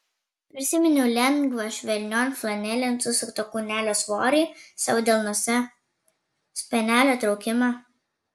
prisiminiau lengvą švelnion flanelėn susukto kūnelio svorį savo delnuose spenelio traukimą